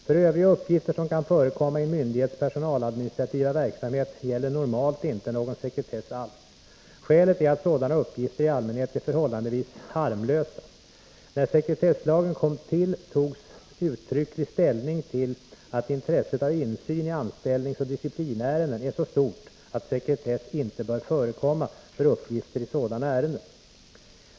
För övriga uppgifter som kan förekomma i myndighets personaladministrativa verksamhet gäller normalt inte någon sekretess alls. Skälet är att sådana uppgifter i allmänhet är förhållandevis harmlösa. När sekretesslagen kom till togs också uttrycklig ställning till att intresset av insyn i anställningsoch disciplinärenden är så stort att sekretess inte bör förekomma för uppgifter i sådana ärenden.